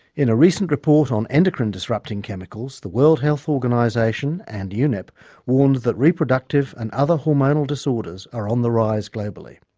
in a recent report on endocrine disrupting chemicals the world health organisation and yeah unep warned that reproductive and other hormonal disorders are on the rise globally,